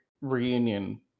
reunion